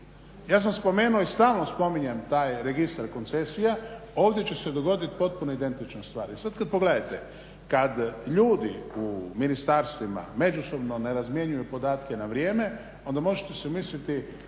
Ja sam spomenuo i stalno spominjem taj registar koncesija. Ovdje će se dogoditi potpuno identična stvar. I sad kad pogledajte kad ljudi u ministarstvima međusobno ne razmjenjuju podatke na vrijeme onda možete si misliti